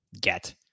get